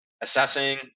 assessing